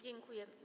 Dziękuję.